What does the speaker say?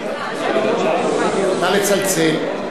נא לצלצל.